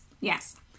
Yes